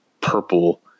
purple